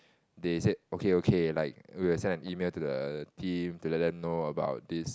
they said okay okay like we will send an email to the team to let them know about this